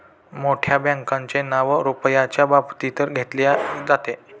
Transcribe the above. मोठ्या बँकांचे नाव रुपयाच्या बाबतीत घेतले जाते